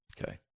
okay